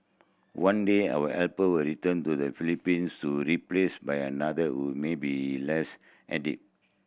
one day our helper will return to the Philippines to replace by another who may be less